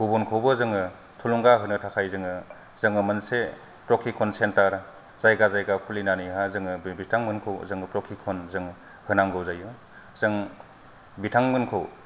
गुबुनखौबो जोङो थुलुंगा होनो थाखाय जोङो जोङो मोनसे प्रकिकन सेन्टार जायगा जायगा खुलिनानै हा जोङो जों बिथांमोनखौ जोङो प्रकिकन जोङो होनांगौ जायो जों बिथांमोनखौ